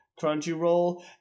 Crunchyroll